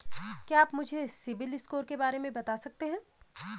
क्या आप मुझे सिबिल स्कोर के बारे में बता सकते हैं?